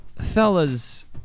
Fellas